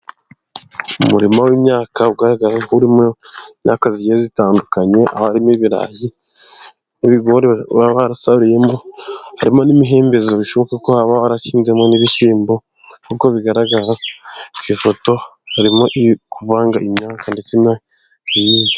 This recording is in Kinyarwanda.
Umurima w'imyaka ugaragara nk'urimo imyaka igiye itandukanye harimo ibirayi n'ibigori barasaruyemo, harimo n'imihembezo bishoboka ko haba warashyizemo n'ibishyimbo kuko bigaragara ku ifoto harimo kuvanga imyanka ndetse n'indi.